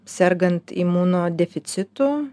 sergant imunodeficitu